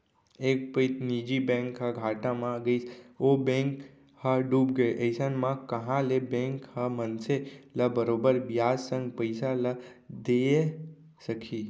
एक पइत निजी बैंक ह घाटा म गइस ओ बेंक ह डूबगे अइसन म कहॉं ले बेंक ह मनसे ल बरोबर बियाज संग पइसा ल दिये सकही